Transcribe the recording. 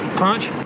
punch.